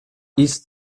east